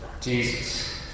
Jesus